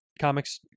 comics